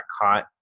caught